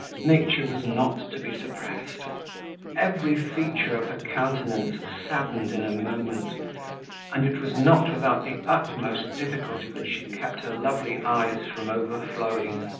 nature was not to be suppressed every feature of her countenance saddened in a moment and it was not without the utmost difficulty that she kept her lovely eyes from overflowing.